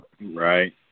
Right